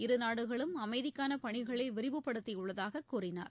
இருநாடுகளும் அமைதிக்கான பணிகளை விரிவுப்படுத்தியுள்ளதாக கூறினார்